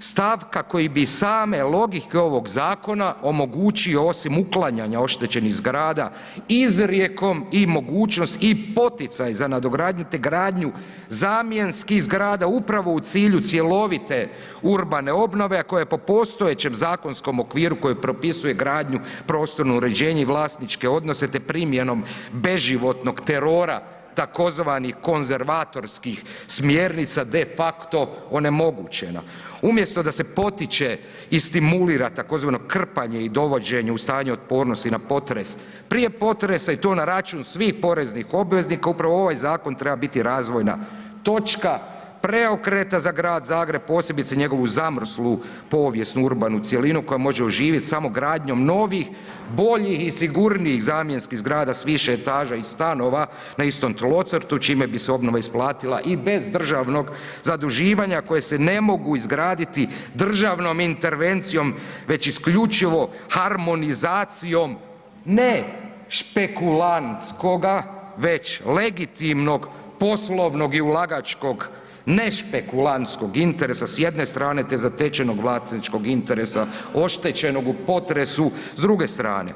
stavka koji bi same logike ovog zakona omogućio osim uklanjanja oštećenih zgrada izrijekom i mogućnost i poticaj za nadogradnju te gradnju zamjenskih zgrada upravo u cilju cjelovite urbane obnove, a koja po postojećem zakonskom okviru koji propisuje gradnju, prostorno uređenje i vlasničke te primjenom beživotnog terora tzv. konzervatorskih smjernica de facto onemogućena umjesto da se potiče i stimulira tzv. krpanje i dovođenje u stanje otpornosti na potres, prije potresa i to na račun svih poreznih obveznika upravo ovaj zakon treba biti razvojna točka preokreta za Grad Zagreb, posebice njegovu zamrslu povijesnu urbanu cjelinu koja može oživjet samo gradnjom novih boljih i sigurnijih zamjenskih zgrada s više etaža i stanova na istom tlocrtu čime bi se obnova isplatila i bez državnog zaduživanja koje se ne mogu izgraditi državnom intervencijom već isključivo harmonizacijom ne špekulantskoga već legitimnog poslovnog i ulagačkog ne špekulantskog interesa s jedne strane, te zatečenog vlasničkog interesa oštećenog u potresu s druge strane.